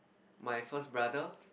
my first brother